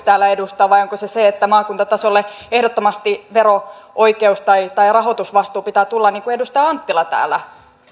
täällä edustaa vai onko se se että maakuntatasolle ehdottomasti vero oikeus tai tai rahoitusvastuu pitää tulla niin kuin edustaja anttila täällä